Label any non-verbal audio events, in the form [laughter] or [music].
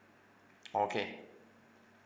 [noise] okay